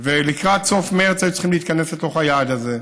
ולקראת סוף מרס היו צריכים היו צריכים להתכנס לתוך היעד הזה.